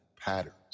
patterns